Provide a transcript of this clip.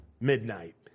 midnight